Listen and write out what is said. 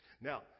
Now